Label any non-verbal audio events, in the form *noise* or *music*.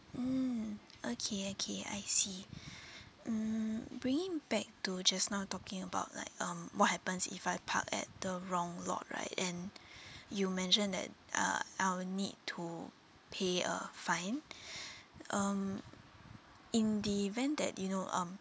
mm okay okay I see mm bringing back to just now talking about like um what happens if I park at the wrong lot right and you mentioned that uh I'll need to pay a fine *breath* um in the event that you know um